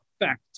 effect